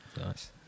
Nice